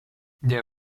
der